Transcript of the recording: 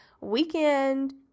weekend